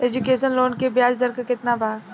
Education loan के ब्याज दर केतना बा?